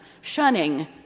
shunning